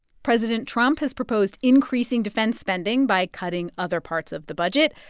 president trump has proposed increasing defense spending by cutting other parts of the budget.